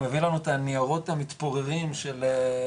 הוא מביא לנו את הניירות המתפוררים של הפקעות,